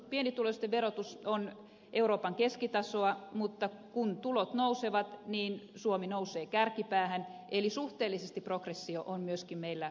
pienituloisten verotus on euroopan keskitasoa mutta kun tulot nousevat niin suomi nousee kärkipäähän eli myöskin suhteellisesti progressio on meillä oikeudenmukainen